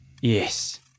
yes